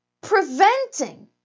preventing